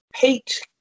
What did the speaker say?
Pete